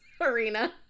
arena